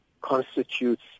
constitutes